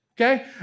Okay